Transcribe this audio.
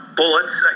bullets